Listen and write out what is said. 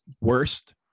worst